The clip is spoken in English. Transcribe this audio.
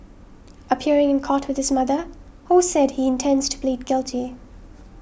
appearing in court with his mother Ho said he intends to plead guilty